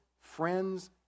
friends